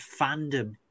fandom